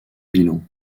bilan